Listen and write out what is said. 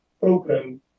program